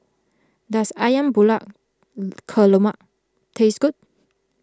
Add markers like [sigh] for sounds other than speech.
does Ayam Buah [unintelligible] taste good